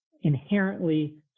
inherently